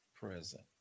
present